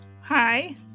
Hi